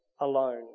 alone